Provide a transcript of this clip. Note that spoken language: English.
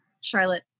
Charlotte